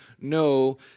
no